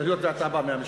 היות שאתה בא מהמשטרה.